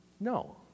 No